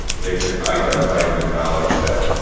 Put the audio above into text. they could identify and acknowledge that